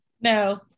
No